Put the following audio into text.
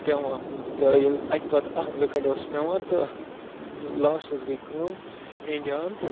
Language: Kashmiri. پٮ۪وان تہٕ اَکہِ پَتہٕ اَکھ وِکَٹ ٲس پٮ۪وان تہٕ لاسٹَس گٔے کٲم اِنڈیاہَن